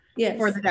Yes